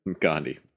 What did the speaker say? Gandhi